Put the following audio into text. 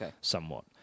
somewhat